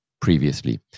previously